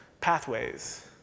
pathways